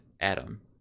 Adam